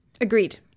agreed